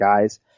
guys